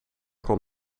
kon